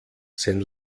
sein